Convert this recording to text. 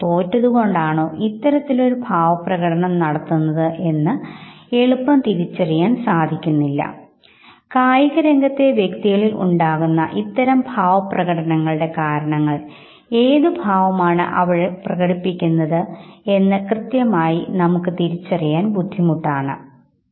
ഇതിനെ video tape ചോദകം എന്നു പറയാം മുഖഭാവത്തെ കുറിച്ചും വൈകാരിക പ്രകടനത്തെ കുറിച്ചും പഠനത്തിൽ ഏർപ്പെട്ടിരിക്കുന്നവരോട് ഇത്തരത്തിൽ ഒരു ഫോട്ടോ കാണിച്ചശേഷം ഈ ഫോട്ടോയിൽ കാണുന്ന വ്യക്തി പ്രകടിപ്പിക്കുന്ന മുഖഭാവം അഥവാ വികാരം ഏതാണെന്ന് ചോദിച്ചാൽ അവർ ഉത്തരം നൽകുക